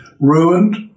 ruined